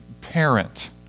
parent